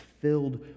filled